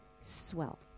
swell